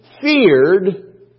feared